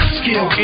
skill